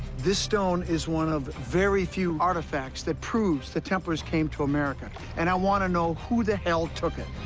this stone is one of very few artifacts that proves the templars came to america. and i want to know who the hell took it.